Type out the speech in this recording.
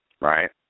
Right